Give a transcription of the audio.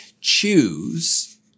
choose